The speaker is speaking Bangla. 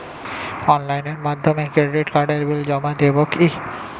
অনলাইনের মাধ্যমে ক্রেডিট কার্ডের বিল জমা দেবো কি?